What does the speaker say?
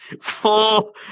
four